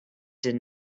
did